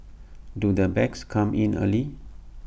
do the bags come in early